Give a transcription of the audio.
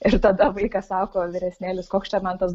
ir tada vaikas sako vyresnėlis koks čia man tas